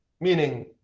meaning